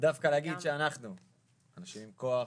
דווקא להגיד שאנחנו אנשים עם כוח,